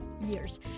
years